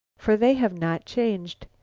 for they have not changed.